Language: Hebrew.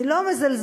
אני לא מזלזלת,